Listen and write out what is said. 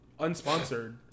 unsponsored